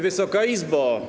Wysoka Izbo!